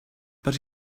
but